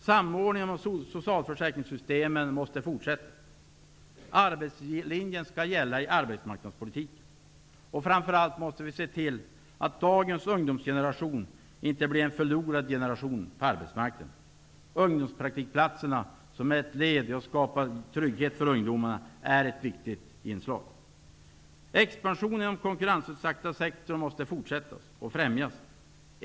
Samordningen inom socialförsäkringssystemen måste fortsätta. Framför allt måste vi se till att dagens ungdomsgeneration inte blir en förlorad generation på arbetsmarknaden. Ungdomspraktikplatserna, som är ett led i att skapa trygghet för ungdomarna, är ett viktigt inslag. Expansionen inom den konkurrensutsatta sektorn måste fortsätta och främjas.